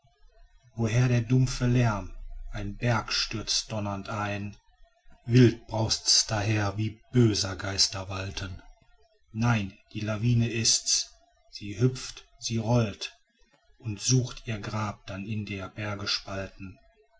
woher der dumpfe lärm ein berg stürzt donnernd ein wild braust's daher wie böser geister walten nein die lawine ist's sie hüpft sie rollt und sucht ihr grab dann in der berge spalten